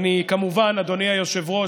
אדוני היושב-ראש,